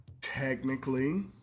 technically